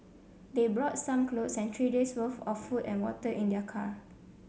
they brought some clothes and three days worth of food and water in their car